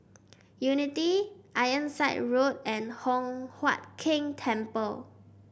Unity Ironside Road and Hock Huat Keng Temple